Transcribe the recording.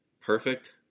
perfect